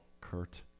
Kurt